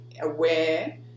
aware